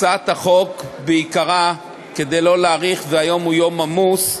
הצעת החוק בעיקרה, כדי שלא להאריך, היום יום עמוס,